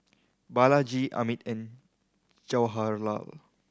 Balaji Amit and Jawaharlal